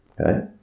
Okay